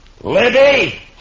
Libby